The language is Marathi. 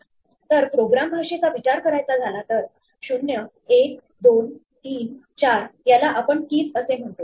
तर प्रोग्राम भाषेचा विचार करायचा झाला तर 012 34 याला आपण keys असे म्हणतो